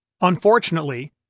Unfortunately